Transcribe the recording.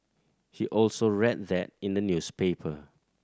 he also read that in the newspaper